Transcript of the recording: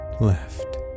left